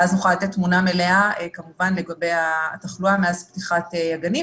ואז נוכל לתת תמונה מלאה כמובן לגבי התחלואה מאז פתיחת הגנים,